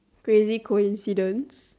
crazy coincidence